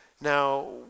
Now